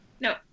No